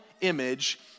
image